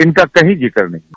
इनका कही जिक्र नहीं है